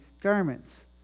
garments